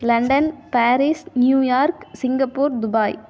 London Paris New York Singapore Dubai